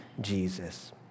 Jesus